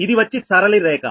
ఇది వచ్చి సరళరేఖ